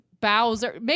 Bowser